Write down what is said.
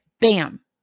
Bam